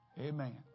Amen